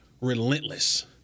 relentless